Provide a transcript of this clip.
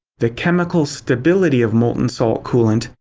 the chemical stability of molten salt coolant,